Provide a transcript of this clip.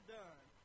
done